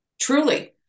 Truly